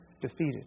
defeated